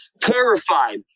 terrified